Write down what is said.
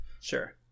Sure